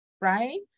Right